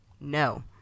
no